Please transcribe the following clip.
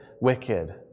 wicked